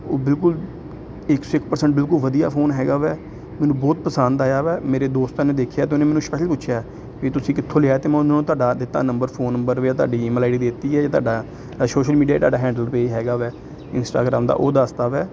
ਉਹ ਬਿਲਕੁਲ ਇੱਕ ਸੌ ਇੱਕ ਪ੍ਰਰਸੈਂਟ ਬਿਲਕੁਲ ਵਧੀਆ ਫੋਨ ਹੈਗਾ ਵੈ ਮੈਨੂੰ ਬਹੁਤ ਪਸੰਦ ਆਇਆ ਵੈ ਮੇਰੇ ਦੋਸਤਾਂ ਨੇ ਦੇਖਿਆ ਅਤੇ ਉਹਨੇ ਮੈਨੂੰ ਸਪੈਸ਼ਲ ਪੁੱਛਿਆ ਵੀ ਤੁਸੀਂ ਕਿੱਥੋਂ ਲਿਆ ਅਤੇ ਮੈ ਉਨ੍ਹਾਂ ਨੂੰ ਤੁਹਾਡਾ ਦਿੱਤਾ ਨੰਬਰ ਫੋਨ ਨੰਬਰ ਵੀ ਤੁਹਾਡੀ ਈਮੇਲ ਆਈ ਡੀ ਦੇ ਤੀ ਹੈ ਜੇ ਤੁਹਾਡਾ ਸੋਸ਼ਲ ਮੀਡੀਆ ਤੁਹਾਡਾ ਹੈਂਡਲ ਪੇਜ ਹੈਗਾ ਵਾ ਇੰਸਟਾਗ੍ਰਾਮ ਦਾ ਉਹ ਦੱਸਤਾ ਵੈ